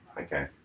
Okay